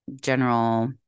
general